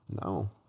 No